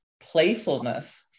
playfulness